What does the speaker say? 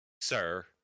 Sir